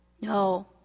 No